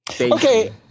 Okay